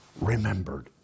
remembered